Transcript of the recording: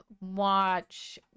watch